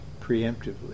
preemptively